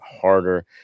harder